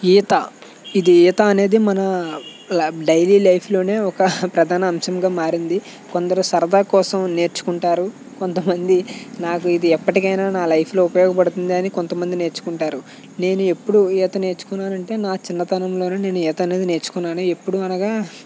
ఈత ఇది ఈత అనేది మన లాబ్ డైలీ లైఫ్లోనే ఒక ప్రధాన అంశంగా మారింది కొందరు సరదా కోసం నేర్చుకుంటారు కొంతమంది నాకు ఇది ఎప్పటికైనా నా లైఫ్ లో ఉపయోగపడుతుందని కొంతమంది నేర్చుకుంటారు నేను ఎప్పుడు ఈత నేర్చుకున్నానంటే నా చిన్నతనములోనే నేను ఈత అనేది నేర్చుకున్నాను ఎప్పుడూ అనగా